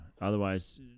Otherwise